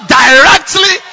directly